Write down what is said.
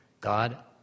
God